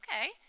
okay